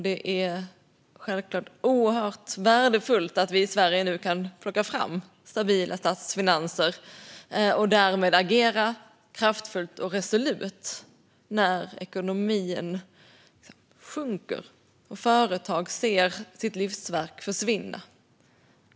Det är självklart oerhört värdefullt att vi i Sverige nu kan plocka från stabila statsfinanser och därmed agera kraftfullt och resolut när ekonomin sjunker och företagare ser sina livsverk försvinna.